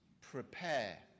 Prepare